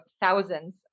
thousands